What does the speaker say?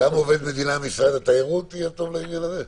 גם עובד מדינה ממשרד התיירות יהיה טוב לעניין הזה?